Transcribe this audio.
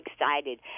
excited